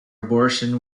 abortion